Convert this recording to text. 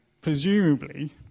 presumably